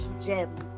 gems